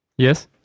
Yes